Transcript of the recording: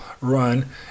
run